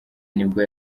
nibwo